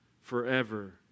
forever